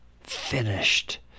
finished